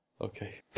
okay